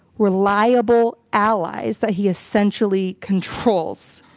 reliable allies that he essentially controls,